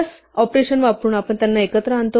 plus operation वापरून त्यांना एकत्र आणतात